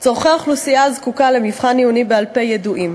צורכי האוכלוסייה הזקוקה למבחן עיוני בעל-פה ידועים,